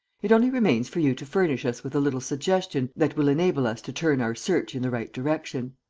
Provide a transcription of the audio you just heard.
it only remains for you to furnish us with a little suggestion that will enable us to turn our search in the right direction.